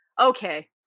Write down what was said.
okay